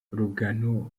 rugano